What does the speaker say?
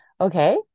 Okay